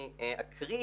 אני אקריא